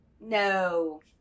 No